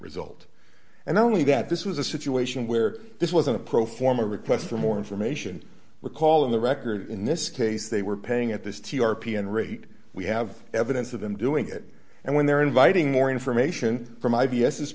result and only that this was a situation where this wasn't a pro forma request for more information recall in the record in this case they were paying at this t r p and rate we have evidence of them doing it and when they're inviting more information from i b s is